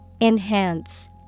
Enhance